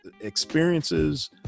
experiences